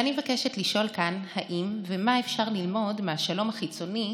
ואני מבקשת לשאול כאן האם ומה אפשר ללמוד מהשלום החיצוני